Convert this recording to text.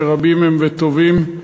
שרבים הם וטובים,